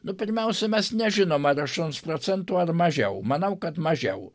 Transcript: nu pirmiausia mes nežinom ar aštuoms procentų ar mažiau manau kad mažiau